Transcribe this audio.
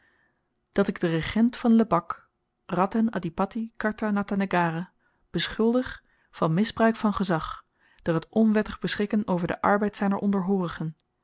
dat ik den regent van lebak radhen adhipatti karta natta nagara beschuldig van misbruik van gezag door het onwettig beschikken over den arbeid zyner